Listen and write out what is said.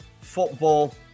football